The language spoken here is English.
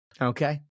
Okay